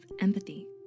empathy